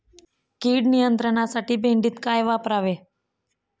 कीड नियंत्रणासाठी भेंडीत काय वापरावे?